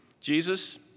Jesus